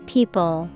People